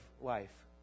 life